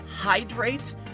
hydrate